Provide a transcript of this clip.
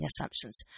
assumptions